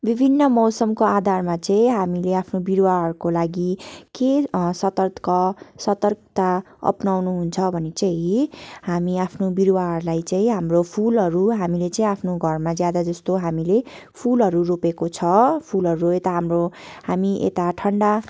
विभिन्न मौसमको आधारमा चाहिँ हामीले आफ्नो बिरुवाहरूको लागि के सतर्क सतर्कता अप्नाउनु हुन्छ भने चाहिँ हामी आफ्नो बिरुवाहरूलाई चाहिँ हाम्रो फुलहरू हामीले चाहिँ आफ्नो घरमा ज्यादा जस्तो हामीले फुलहरू रोपेको छ फुलहरू यता हाम्रो हामी यता ठन्डा